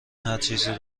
هرچیزی